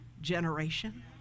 generation